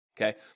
okay